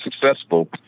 successful